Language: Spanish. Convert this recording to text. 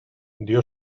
dio